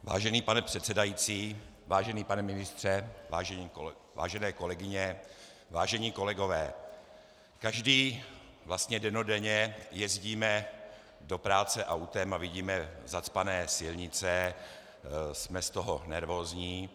Vážený pane předsedající, vážený pane ministře, vážené kolegyně, vážení kolegové, každý vlastně dennodenně jezdíme do práce autem a vidíme zacpané silnice, jsme z toho nervózní.